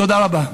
תודה רבה.